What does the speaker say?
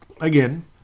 again